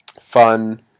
fun